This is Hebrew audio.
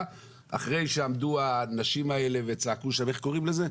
אחרי שעמדו הנשים האלה איך קוראים להן?